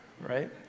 right